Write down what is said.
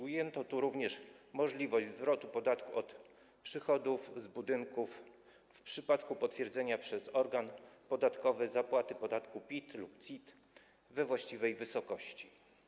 Ujęto tu również możliwość zwrotu podatku od przychodów z budynków w przypadku potwierdzenia przez organ podatkowy zapłaty podatku PIT lub CIT we właściwej wysokości.